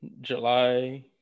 July